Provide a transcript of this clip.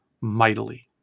mightily